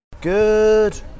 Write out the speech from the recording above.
Good